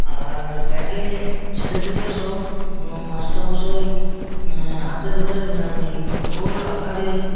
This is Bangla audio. আর আগে ছেলেদের সব মাস্টারমশাই হাতে করে গোল আকারে